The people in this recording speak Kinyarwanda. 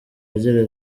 agira